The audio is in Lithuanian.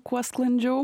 kuo sklandžiau